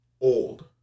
old